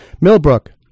Millbrook